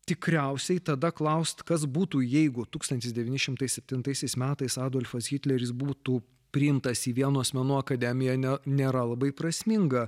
tikriausiai tada klaust kas būtų jeigu tūkstantis devyni šimtai septintaisiais metais adolfas hitleris būtų priimtas į vienos menų akademiją ne nėra labai prasminga